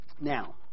Now